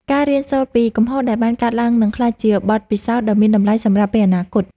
ការរៀនសូត្រពីកំហុសដែលបានកើតឡើងនឹងក្លាយជាបទពិសោធន៍ដ៏មានតម្លៃសម្រាប់ពេលអនាគត។